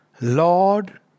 Lord